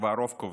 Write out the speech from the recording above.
והרוב קובע.